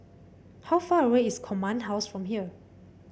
how far away is Command House from here